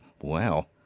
wow